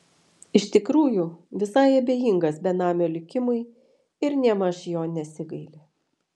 iš tikrųjų visai abejingas benamio likimui ir nėmaž jo nesigaili